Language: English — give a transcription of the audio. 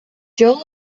joe